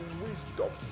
wisdom